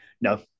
No